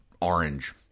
orange